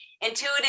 intuitive